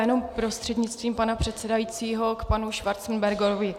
Jenom prostřednictvím pana předsedajícího k panu Schwarzenbergovi.